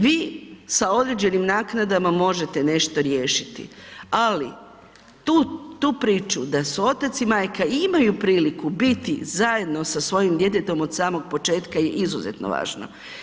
Vi sa određenim naknadama možete nešto riješiti, ali tu priču da su otac i majka imaju priliku biti zajedno sa svojim djetetom od samog početka je izuzetno važno.